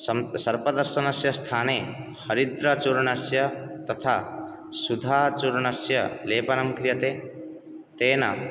सर्प दंशनस्य स्थाने हरिद्राचूर्णस्य तथा सुधाचूर्णस्य लेपनं क्रियते